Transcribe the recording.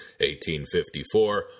1854